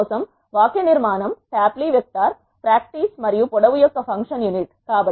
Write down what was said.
దాని కోసం వాక్యనిర్మాణం ట్యాప్లీ వెక్టర్ ప్రాక్టీస్ మరియు పొడవు యొక్క ఫంక్షన్ యూనిట్